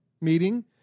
meeting